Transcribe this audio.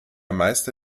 meister